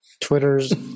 Twitter's